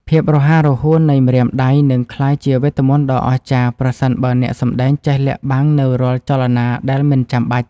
ភាពរហ័សរហួននៃម្រាមដៃនឹងក្លាយជាវេទមន្តដ៏អស្ចារ្យប្រសិនបើអ្នកសម្តែងចេះលាក់បាំងនូវរាល់ចលនាដែលមិនចាំបាច់។